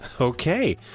Okay